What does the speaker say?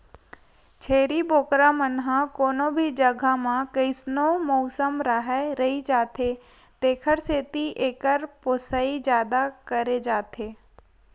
छेरी बोकरा मन ह कोनो भी जघा म कइसनो मउसम राहय रहि जाथे तेखर सेती एकर पोसई जादा करे जाथे